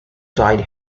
side